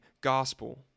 gospel